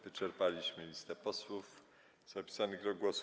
Wyczerpaliśmy listę posłów zapisanych do głosu.